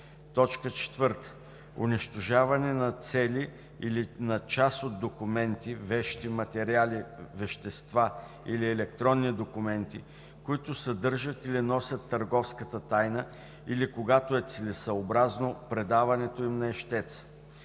тези цели; 4. унищожаване на цели или на част от документи, вещи, материали, вещества или електронни документи, които съдържат или носят търговската тайна, или когато е целесъобразно – предаването им на ищеца;